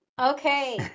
Okay